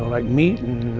like meat and,